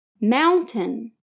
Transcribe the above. mountain